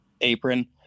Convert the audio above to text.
Apron